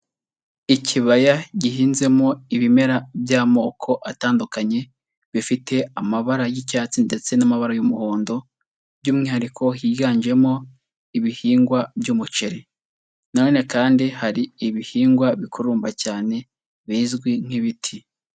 Ikibaya gihinzemo ibimera by'amoko atandukanye bifite amabara y'icyatsi ndetse n'amabara y'umuhondo, by'umwihariko higanjemo ibihingwa by'umuceri. Na none kandi hari ibihingwa bikurumba cyane bizwi nk'ibiti.